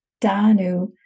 Danu